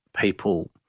people